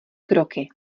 kroky